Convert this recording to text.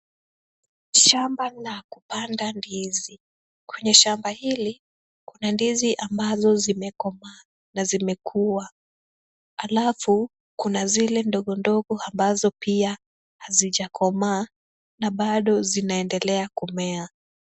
Shamba la kupanda ndizi. Kwenye shamba hili, kuna ndizi ambazo zimekomaa na zimekuwa. Alafu, kuna zile ndogo ndogo ambazo pia hazijakomaa na bado zinaendelea kumea.